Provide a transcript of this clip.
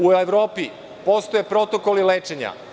U Evropi postoje protokoli lečenja.